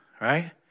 right